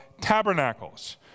Tabernacles